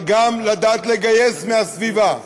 אבל גם לדעת לגייס מהסביבה.